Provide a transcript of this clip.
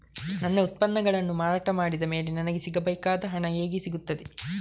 ನನ್ನ ಉತ್ಪನ್ನಗಳನ್ನು ಮಾರಾಟ ಮಾಡಿದ ಮೇಲೆ ನನಗೆ ಸಿಗಬೇಕಾದ ಹಣ ಹೇಗೆ ಸಿಗುತ್ತದೆ?